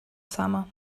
summer